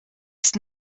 ist